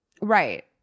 right